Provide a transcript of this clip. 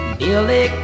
billy